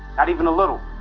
not even a little.